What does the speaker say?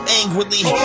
angrily